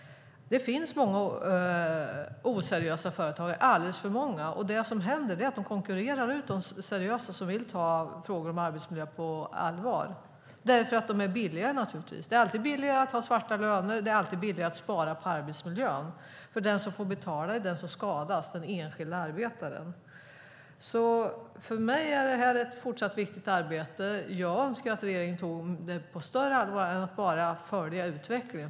Det finns många oseriösa företagare - alldeles för många - och det som händer är att de konkurrerar ut de seriösa som vill ta frågor om arbetsmiljö på allvar, därför att de naturligtvis är billigare. Det är alltid billigare att ha svarta löner, och det är alltid billigare att spara på arbetsmiljön. Den som får betala är den som skadas, alltså den enskilda arbetaren. För mig är detta ett fortsatt viktigt arbete. Jag önskar att regeringen tog det på större allvar än att bara följa utvecklingen.